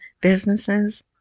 businesses